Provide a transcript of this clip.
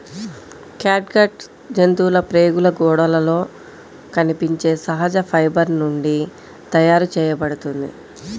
catgut జంతువుల ప్రేగుల గోడలలో కనిపించే సహజ ఫైబర్ నుండి తయారు చేయబడుతుంది